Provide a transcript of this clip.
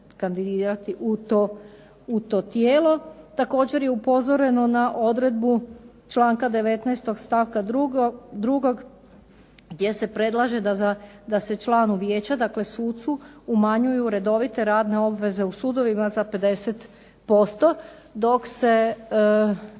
kandidirati u to tijelo. Također je upozoreno na odredbu članka 19. stavka 2. gdje se predlaže da se članu vijeću, dakle sucu umanjuju redovite radne obveze u sudovima za 50% dok se